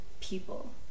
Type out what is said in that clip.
people